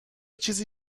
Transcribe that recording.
چیزی